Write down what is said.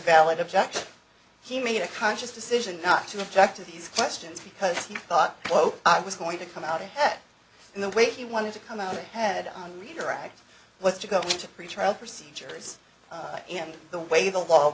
valid objection he made a conscious decision not to object to these questions because he thought i was going to come out ahead in the way he wanted to come out ahead on redirect what to go into pretrial procedures and the way the law